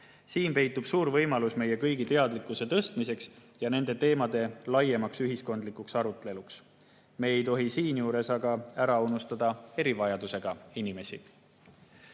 Siin peitub suur võimalus meie kõigi teadlikkuse tõstmiseks ja nende teemade laiemaks ühiskondlikuks aruteluks. Me ei tohi siinjuures aga ära unustada erivajadusega inimesi.